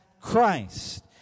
Christ